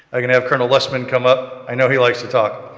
i can have colonel lesman come up. i know he likes to talk.